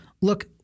look